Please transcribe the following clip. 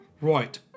Right